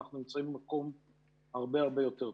אנחנו נמצאים במקום הרבה הרבה יותר טוב.